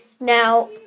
Now